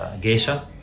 Geisha